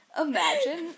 Imagine